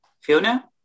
Fiona